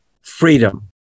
freedom